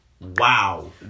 Wow